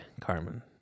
Carmen